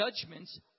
judgments